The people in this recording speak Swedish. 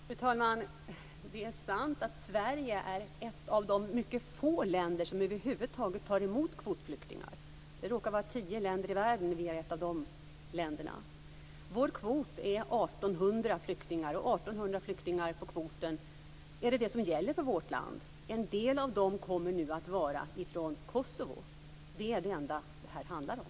Fru talman! Det är sant att Sverige är ett av de mycket få länder som över huvud taget tar emot kvotflyktingar. Det råkar vara tio länder i världen, och Sverige är ett av de länderna. Vår kvot är 1 800 flyktingar. 1 800 flyktingar på kvoten är det som gäller för vårt land. En del kommer nu att vara från Kosovo. Det är det enda det här handlar om.